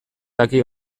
daki